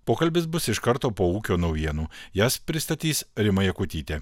pokalbis bus iš karto po ūkio naujienų jas pristatys rima jakutytė